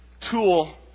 tool